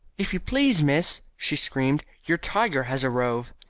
if you please, miss, she screamed, your tiger has arrove.